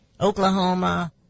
Oklahoma